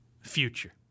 future